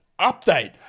update